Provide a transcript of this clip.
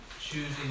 choosing